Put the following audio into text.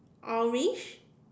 orange